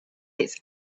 its